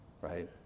right